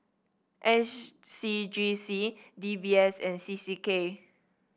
S C G C D B S and C C K